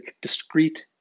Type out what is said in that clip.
discrete